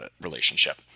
relationship